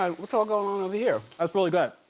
um what's all going on over here? that's really good.